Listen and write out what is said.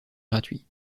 gratuits